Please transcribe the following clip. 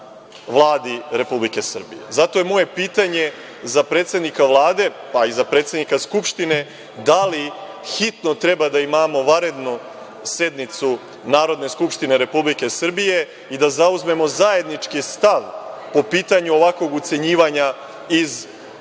Vladi Republike Srbije. Zato je moje pitanje za predsednika Vlade, pa i za predsednika Skupštine - da li hitno treba da imamo vanrednu sednicu Narodne skupštine Republike Srbije i da zauzmemo zajednički stav po pitanju ovakvog ucenjivanja iz Brisela?